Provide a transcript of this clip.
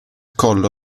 collo